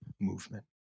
movement